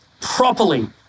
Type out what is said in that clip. properly